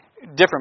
different